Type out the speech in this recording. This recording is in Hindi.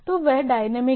तो वह डायनामिक है